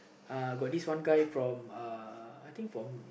uh got this one guy from uh I think from